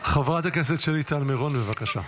חברת הכנסת שלי טל מרון, בבקשה.